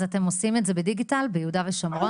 אז אתם עושים את זה בדיגיטל ביהודה ושומרון?